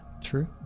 true